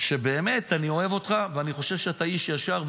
ובאמת אני אוהב אותך ואני חושב שאתה איש ישר,